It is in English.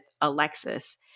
Alexis